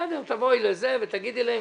תבואי אליהם, תאמרי להם,